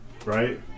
right